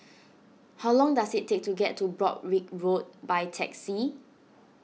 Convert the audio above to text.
how long does it take to get to Broadrick Road by taxi